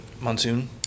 Monsoon